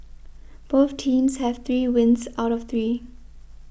both teams have three wins out of three